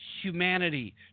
humanity